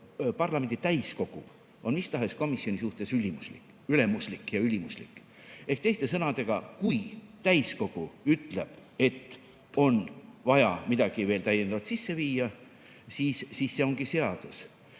parlamendi täiskogu on mistahes komisjoni suhtes ülemuslik ja ülimuslik, ehk teiste sõnadega, kui täiskogu ütleb, et on vaja midagi veel täiendavalt sisse viia, siis see ongi seadus.